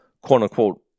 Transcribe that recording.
quote-unquote